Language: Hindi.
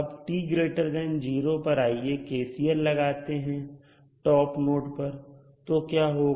अब t0 पर आइए KCL लगाते हैं टॉप नोड पर तो क्या होगा